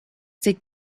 cik